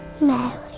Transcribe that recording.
Mary